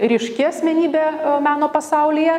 ryški asmenybė meno pasaulyje